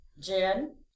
Jen